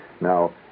Now